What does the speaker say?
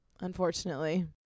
Unfortunately